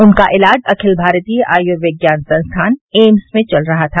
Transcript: उनका इलाज अखिल भारतीय आयुर्विज्ञान संस्थान एम्स में चल रहा था